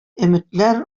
өметләр